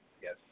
yes